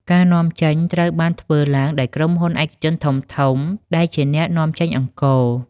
ការនាំចេញត្រូវបានធ្វើឡើងដោយក្រុមហ៊ុនឯកជនធំៗដែលជាអ្នកនាំចេញអង្ករ។